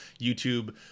YouTube